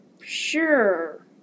sure